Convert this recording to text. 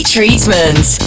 Treatment